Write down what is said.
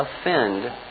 offend